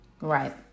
Right